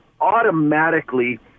automatically